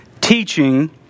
teaching